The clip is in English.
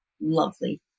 lovely